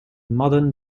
modern